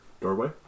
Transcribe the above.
doorway